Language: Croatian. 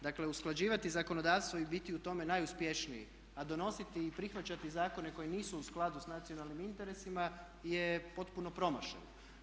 Dakle usklađivati zakonodavstvo i biti u tome najuspješniji a donositi i prihvaćati zakone koji nisu u skladu sa nacionalnim interesima je potpuno promašeno.